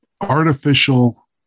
artificial